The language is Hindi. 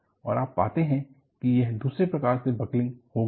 और आप पाते हैं कि यह दूसरे प्रकार से बकलिंग हो गई है